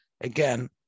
again